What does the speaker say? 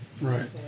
Right